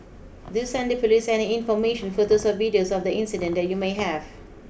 do send the Police any information photos or videos of the incident you may have